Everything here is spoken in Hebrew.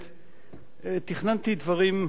תכננתי דברים אחרים לומר,